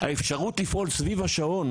האפשרות לפעול סביב השעון,